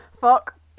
fuck